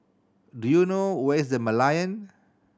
do you know where is The Merlion